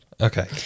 Okay